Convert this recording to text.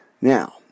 Now